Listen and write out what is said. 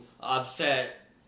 upset